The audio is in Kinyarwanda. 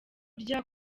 rya